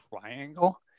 triangle